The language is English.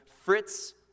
Fritz